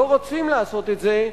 לא רוצים לעשות את זה,